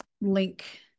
link